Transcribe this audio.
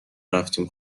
رفتیم